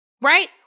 Right